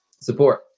support